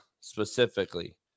specifically